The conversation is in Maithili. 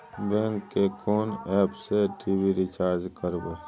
बैंक के कोन एप से टी.वी रिचार्ज करबे?